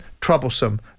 troublesome